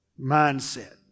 mindset